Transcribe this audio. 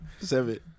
Seven